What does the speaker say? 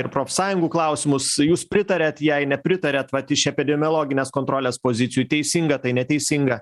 ir profsąjungų klausimus jūs pritariat jai nepritariat vat iš epidemiologinės kontrolės pozicijų teisinga tai neteisinga